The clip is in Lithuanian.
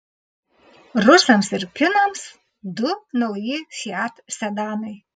rusams ir kinams du nauji fiat sedanai